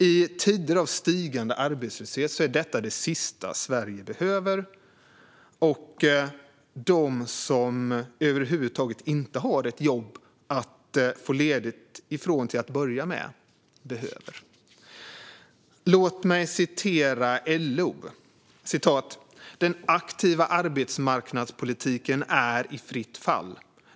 I tider av stigande arbetslöshet är detta det sista Sverige och de som över huvud taget inte har ett jobb att få ledigt från behöver. Låt mig citera LO: "Den aktiva arbetsmarknadspolitiken är i fritt fall.